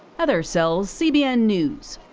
heather sells, cbn news.